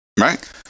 Right